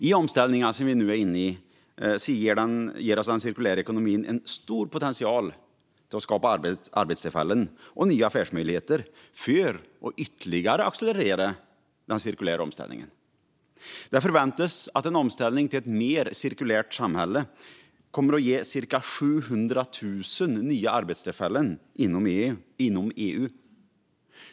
I den omställning som vi nu är inne i ger oss den cirkulära ekonomin en stor potential att skapa arbetstillfällen och nya affärsmöjligheter för att ytterligare accelerera den cirkulära omställningen. Det förväntas att en omställning till ett mer cirkulärt samhälle kommer att ge cirka 700 000 nya arbetstillfällen inom EU.